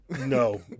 No